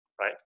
right